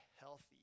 healthy